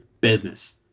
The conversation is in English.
business